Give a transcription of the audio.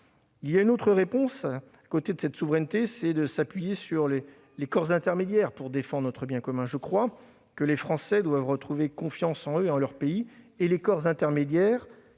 Une seconde réponse, après la souveraineté, consiste à s'appuyer sur les corps intermédiaires pour défendre notre bien commun. Je crois que les Français doivent retrouver confiance en eux et en leur pays. Les corps intermédiaires,